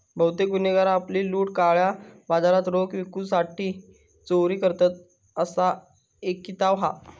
बहुतेक गुन्हेगार आपली लूट काळ्या बाजारात रोख विकूसाठी चोरी करतत, असा ऐकिवात हा